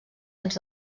ens